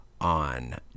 on